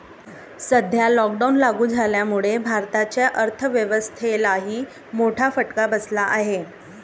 सध्या लॉकडाऊन लागू झाल्यामुळे भारताच्या अर्थव्यवस्थेलाही मोठा फटका बसला आहे